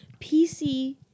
PC